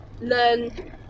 learn